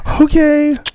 Okay